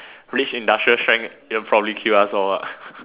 which industrial strength will probably kill us all ah